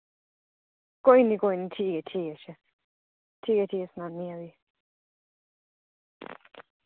कोई निं कोई निं ठीक ऐ ठीक ऐ अच्छा ठीक ऐ ठीक ऐ सनान्नी आं फ्ही